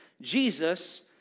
Jesus